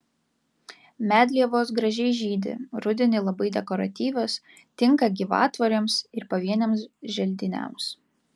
medlievos gražiai žydi rudenį labai dekoratyvios tinka gyvatvorėms ir pavieniams želdiniams